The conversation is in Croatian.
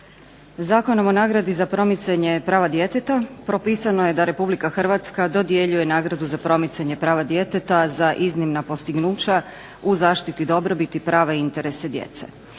Zakonom o nagradi za promicanje prava djeteta propisano je da RH dodjeljuje nagradu za promicanje prava djeteta za iznimna postignuća u zaštiti dobrobiti prava i interesa djece.